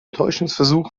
täuschungsversuch